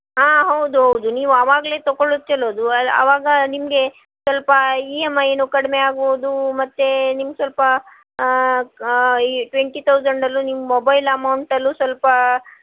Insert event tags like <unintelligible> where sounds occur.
ಹಾಂ ಹೌದು ಹೌದು ನೀವು ಆವಾಗಲೆ ತಗೊಳುತ್ತೆಲ್ಲೋದು <unintelligible> ಆವಾಗ ನಿಮಗೆ ಸ್ವಲ್ಪ ಇ ಎಮ್ ಐನು ಕಡಿಮೆ ಆಗ್ಬೋದು ಮತ್ತೆ ನಿಮ್ಗೆ ಸ್ವಲ್ಪ ಈ ಟ್ವೆಂಟಿ ತೌಸಂಡಲ್ಲು ನಿಮ್ಮ ಮೊಬೈಲ್ ಅಮೌಂಟಲ್ಲು ಸ್ವಲ್ಪ